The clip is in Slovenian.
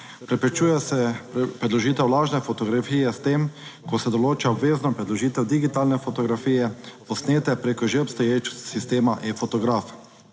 Preprečuje se predložitev lažne fotografije s tem, ko se določa obvezno predložitev digitalne fotografije posnete preko že obstoječega sistema e-fotograf.